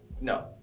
no